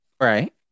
Right